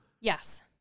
Yes